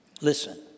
Listen